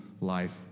life